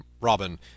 robin